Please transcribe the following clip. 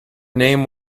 name